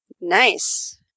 Nice